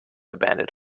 abandoned